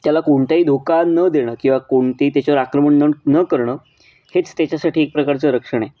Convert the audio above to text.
त्याला कोणताही धोका न देणं किंवा कोणतेही त्याच्यावर आक्रमण न करणं हेच त्याच्यासाठी एक प्रकारचं रक्षण आहे